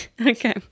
Okay